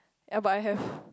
ya but I have